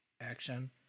action